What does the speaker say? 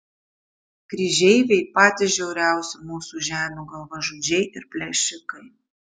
kryžeiviai patys žiauriausi mūsų žemių galvažudžiai ir plėšikai